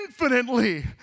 Infinitely